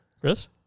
Chris